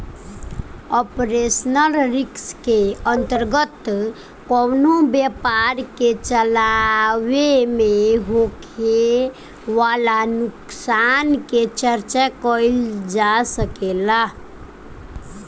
operational risk के अंतर्गत कवनो व्यपार के चलावे में होखे वाला नुकसान के चर्चा कईल जा सकेला